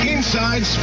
Inside